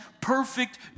perfect